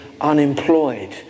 unemployed